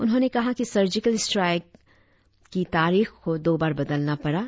उन्होंने कहा कि सर्जिकल स्ट्राईक स्ट्राइक की तारीख को दो बार बदलना पड़ा